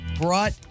Brought